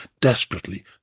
desperately